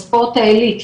בספורט העילית,